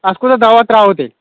اَتھ کوٗتاہ دَوا ترٛاوَو تیٚلہِ